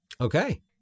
Okay